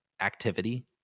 activity